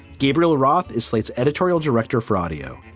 gabriel roth is slate's editorial director for audio.